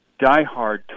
diehard